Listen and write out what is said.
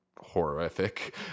horrific